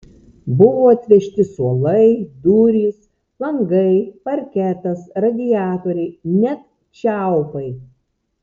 buvo atvežti suolai durys langai parketas radiatoriai net čiaupai